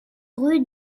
rue